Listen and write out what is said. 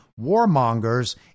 warmongers